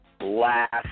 last